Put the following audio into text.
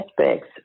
aspects